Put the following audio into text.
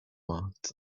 marked